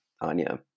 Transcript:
Anya